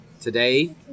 today